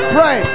Pray